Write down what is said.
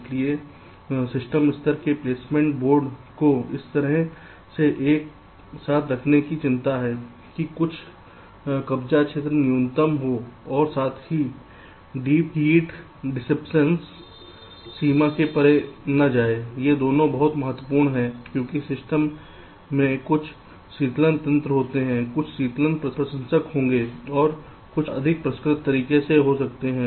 इसलिए सिस्टम स्तर की प्लेसमेंट बोर्ड को इस तरह से एक साथ रखने की चिंता है कि कुल कब्जा क्षेत्र न्यूनतम हो और साथ ही हीट डिसीप्शन सीमा से परे ना जाए ये दोनों बहुत महत्वपूर्ण हैं क्योंकि सिस्टम में कुछ शीतलन तंत्र होंगे कुछ शीतलन प्रशंसक होंगे और कुछ अधिक परिष्कृत तरीके हो सकते हैं